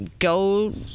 go